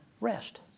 rest